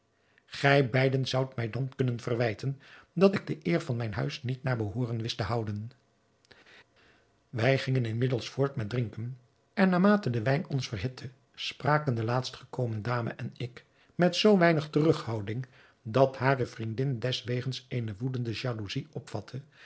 gij beiden zoudt mij dan kunnen verwijten dat ik de eer van mijn huis niet naar behooren wist op te houden wij gingen inmiddels voort met drinken en naarmate de wijn ons verhitte spraken de laatst gekomen dame en ik met zoo weinig terughouding dat hare vriendin deswegens eene woedende jaloezij opvatte